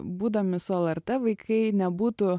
būdami su lrt vaikai nebūtų